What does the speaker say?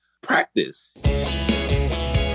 practice